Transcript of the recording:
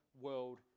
world